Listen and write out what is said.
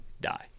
die